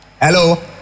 Hello